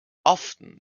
often